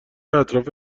اطراف